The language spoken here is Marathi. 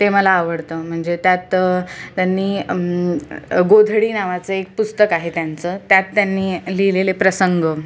ते मला आवडतं म्हणजे त्यात त्यांनी गोधडी नावाचं एक पुस्तक आहे त्यांचं त्यात त्यांनी लिहिलेले प्रसंग